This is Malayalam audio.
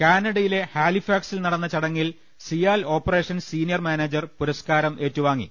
കാനഡയിലെ ഹാലിഫാക്സിൽ നടന്ന ചടങ്ങിൽ സിയാൽ ഓപ്പറേഷൻസ് സീനിയർ മാനേജർ പുരസ്കാരം ഏറ്റുവാങ്ങി